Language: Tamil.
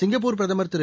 சிங்கப்பூர்பிரதமர்திரு